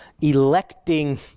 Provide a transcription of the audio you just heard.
electing